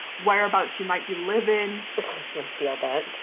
whereabouts you might be living. i feel that.